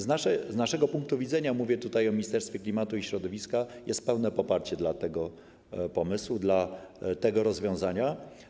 Z naszego punktu widzenia - mówię o Ministerstwie Klimatu i Środowiska - jest pełne poparcie dla tego pomysłu, dla tego rozwiązania.